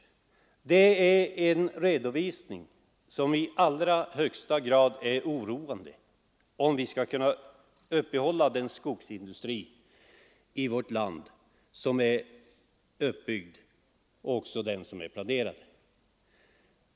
Det är en redovisning som i allra högsta grad är oroande och av betydelse för frågan om vi skall kunna uppehålla den skogsindustri i vårt land som för närvarande är utbyggd och också den som är planerad.